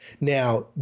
Now